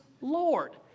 Lord